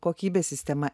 kokybės sistema